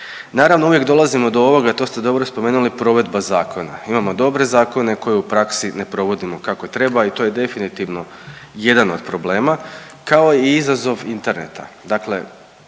Naravno uvijek dolazimo do ovoga, to ste dobro spomenuli provedba zakona. Imamo dobre zakone koje u praksi ne provodimo kako treba i to je definitivno jedan od problema kao i izazov interneta.